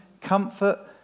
comfort